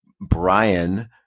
Brian